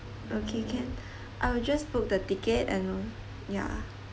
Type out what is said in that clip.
okay can I will just book the ticket and will ya